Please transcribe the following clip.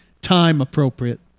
time-appropriate